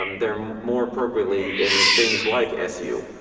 um they're um more appropriately in things like su.